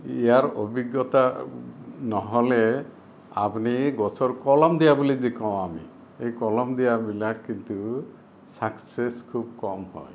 ইয়াৰ অভিজ্ঞতা নহ'লে আপুনি গছৰ কলম দিয়া বুলি যি কওঁ আমি সেই কলম দিয়াবিলাক কিন্তু চাক্সেচ খুব কম হয়